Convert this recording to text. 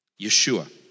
Yeshua